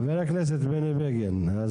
חבר הכנסת בני בגין,